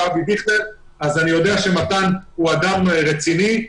אבי דיכטר אז אני יודע שמתן גוטמן הוא אדם רציני.